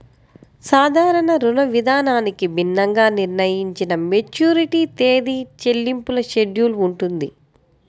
సాధారణ రుణవిధానానికి భిన్నంగా నిర్ణయించిన మెచ్యూరిటీ తేదీ, చెల్లింపుల షెడ్యూల్ ఉంటుంది